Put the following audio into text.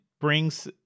brings